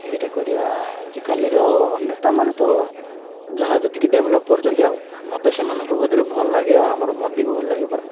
ଏଇଟା କରିବା ଆଜିକାଲିର ନେତାମାନେ ତ ଯାହା ଯେତିକି ଡେଭେଲପ୍ କରୁଛନ୍ତି ଆଉ ମୋତେ ସେମାନଙ୍କୁ ମଧ୍ୟରେ ଭଲ ଲାଗେ ଆଉ ଆମର ମୋଦୀକୁ ଭଲ ଲାଗେ ପରା